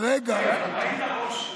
היית ראש עירייה.